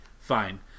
fine